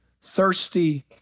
thirsty